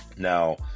Now